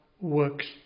works